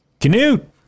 Canute